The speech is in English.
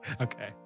Okay